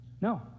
no